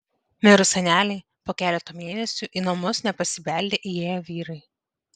mirus senelei po keleto mėnesių į namus nepasibeldę įėjo vyrai